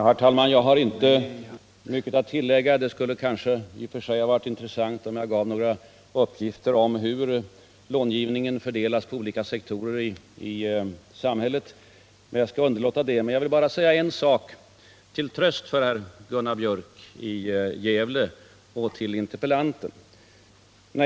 Herr talman! Jag har inte mycket att tillägga. Det skulle kanske i och för sig ha varit intressant att lämna några uppgifter om hur långivningen fördelas på olika sektorer i samhället, men jag skall inte göra det. Jag skall bara säga en sak till tröst för Gunnar Björk i Gävle och interpellanten.